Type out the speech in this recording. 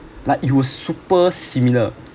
like it was super similar